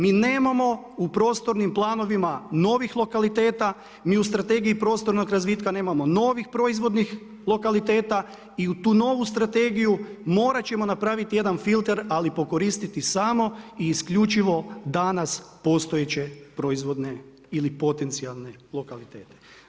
Mi nemamo u prostornim planovima novih lokaliteta ni u Strategiji prostornog razvitka nemamo novih proizvodnih lokaliteta i u tu novu strategiju morat ćemo napraviti jedan filter ali pokoristiti samo i isključivo danas postojeće proizvodne ili potencijalne lokalitete.